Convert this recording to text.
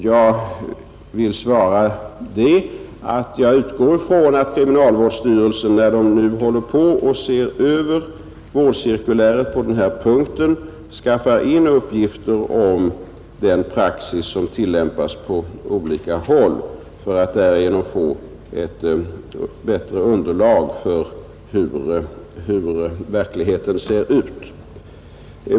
Jag vill svara att jag utgår ifrån att kriminalvårdsstyrelsen, när den nu håller på att se över vårdcirkuläret på den här punkten, skaffar in uppgifter om den praxis som tillämpas på olika håll för att därigenom få ett bättre underlag för hur verkligheten ser ut.